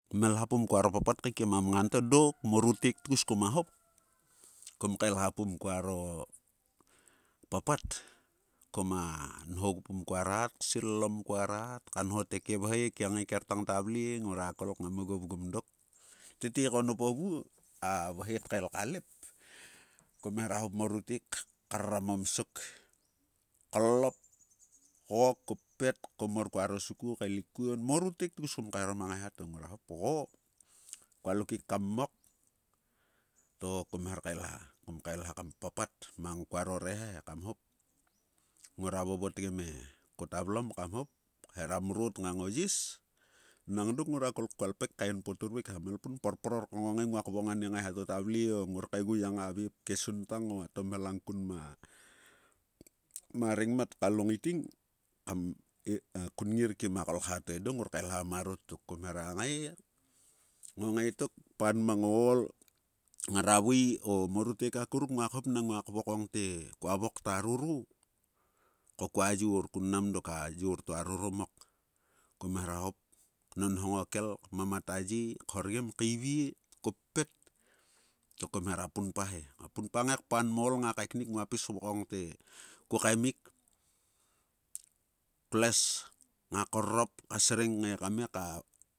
Kmelha pum kuaro papat kaikem a mngan ta. dok morutek tgus koma hop. kom kaelha pum kuaro papat. koma nho ogu pum kua rat. ksillom kua rat. ka nho te ke vhae ke ngaker tang a vle ngora kol kngam oguo vgum dok. Tete ko noup o vuo a vhae tkael ka lep. kom hera hop morutek karram o msok. koolop. kgo koppet. komor kuaro suku kaelik kuon morutek tgus kom kaeharom a ngaeha to ngora hop kgo kualo kek kam mmak. to kom her kaelha. Kom kaelha kam papat mang kuaro reha kam hop. ngora vovotgem e-ko ko tavlom kam hop hera mrot ngang o yis nang dok ngora kol kua ipek kaen poturvik he, kmelpun kporpor kngongae. ngua kvoking a ne ngaeha to ta vle o-ngor kaeguyang a veep ke suntang o-a tomhelang kyn ma rengmat kalo ngaiting. kam kungri kim a kolkha to edo ngor kaelha marrot tok. Kom hera ngae. kngongae tok kpan mang o ool ngara vaei o-morutek akuruk nguak hop nang nguak vokong te-kua vok ta roro. ko kud yor kun mnam dok. A yor to a roromak. Kom hera hop knonghong o kel. kmama a ye. khorgem. kaivie koppet to kom hera punpa he. Nguak punpa ngae kpan mo ool nga kaeknik. ngua pis kvokong te ko kaemik. klues nga korrop. ka sreng kngae ka me ka